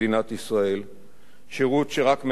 שירות שרק מעטים יכולים להתגאות בו,